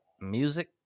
music